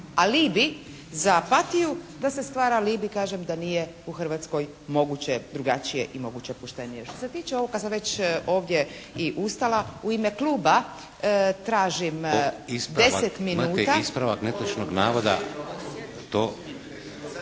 alibi za apatiju da se stvara alibi kažem da nije u Hrvatskoj moguće drugačije i moguće poštenije. Što se tiče ovog kad sam već ovdje i ustala. I u ime kluba tražim 10 minuta. **Šeks, Vladimir